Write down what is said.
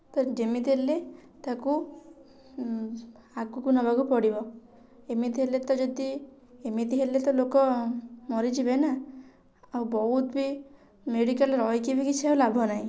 ତ ଯେମିତି ହେଲେ ତାକୁ ଆଗକୁ ନେବାକୁ ପଡ଼ିବ ଏମିତି ହେଲେ ତ ଯଦି ଏମିତି ହେଲେ ତ ଲୋକ ମରିଯିବେ ନା ଆଉ ବହୁତ ବି ମେଡ଼ିକାଲ୍ ରହିକି ବି କିଛି ଲାଭ ନାହିଁ